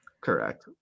Correct